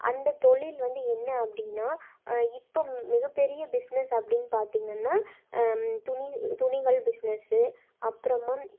அந்த தொழில் வந்து என்ன அப்படினா இப்போ மிகப்பெரிய பிஸ்னஸ் அப்படினு பார்த்திங்கனா துணி துணிகள் பிஸ்னஸு அப்பறமா